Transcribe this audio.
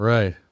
Right